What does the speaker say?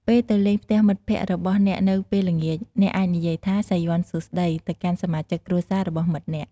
ពេលទៅលេងផ្ទះមិត្តភក្តិរបស់អ្នកនៅពេលល្ងាច អ្នកអាចនិយាយថា "សាយ័ន្តសួស្តី" ទៅកាន់សមាជិកគ្រួសាររបស់មិត្តអ្នក។